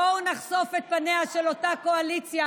בואו נחשוף את פניה של אותה קואליציה,